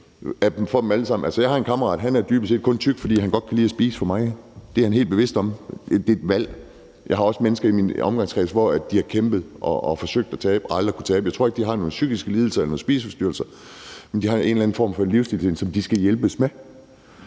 Jeg har en kammerat, som dybest set kun er tyk, fordi han godt kan lide at spise for meget. Det er han helt bevidst om. Det er et valg. Jeg har også mennesker i min omgangskreds, som har kæmpet og har forsøgt at tabe sig og aldrig har kunnet tabe sig. Jeg tror ikke, at de har nogen psykiske lidelser eller nogen spiseforstyrrelser, men de har en eller anden form for livsstil, som de skal hjælpes med